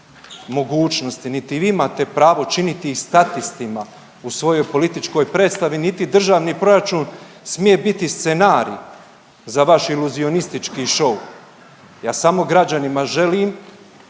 mogućnosti niti vi imate pravo činiti ih statistima u svojoj političkoj predstavi niti državni proračun smije biti scenarij za vaš iluzionistički šou. Ja sam građanima želim